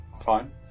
Fine